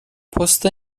پست